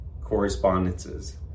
correspondences